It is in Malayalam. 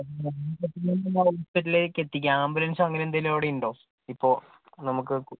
ഹോസ്പിറ്റലിലേക്ക് എത്തിക്കാൻ ആംബുലൻസോ അങ്ങനെ എന്തേലും അവിടെ ഉണ്ടോ ഇപ്പോൾ നമുക്ക്